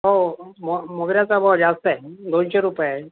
हो मो मोगऱ्याचा भाव जास्त आहे दोनशे रुपये